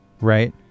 right